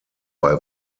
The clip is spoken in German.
bei